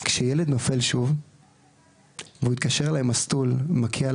כשילד נופל שוב והוא מתקשר אליי מסטול ומקיא על